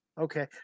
Okay